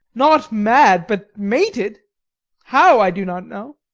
not mad, but mated how, i do not know.